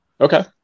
Okay